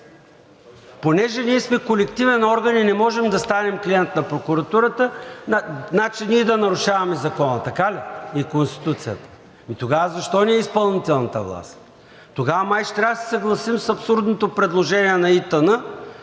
Понеже ние сме колективен орган и не можем да станем клиент на прокуратурата, значи ние да нарушаваме Закона и Конституцията, така ли?! Тогава защо ни е изпълнителната власт? Тогава май ще трябва да се съгласим с абсурдното предложение на ИТН